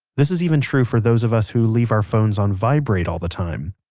this is even true for those of us who leave our phones on vibrate all the time.